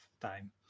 time